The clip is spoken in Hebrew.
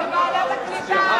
לוועדת הקליטה.